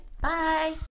bye